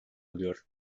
alıyor